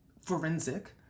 forensic